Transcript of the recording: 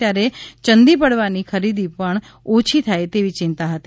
ત્યારે ચંદી પડવાની ખરીદી પણ ઓછી થાય તેવી ચિંતા હતી